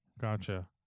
gotcha